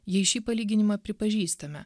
jei šį palyginimą pripažįstame